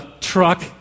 truck